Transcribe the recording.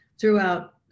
throughout